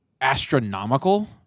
astronomical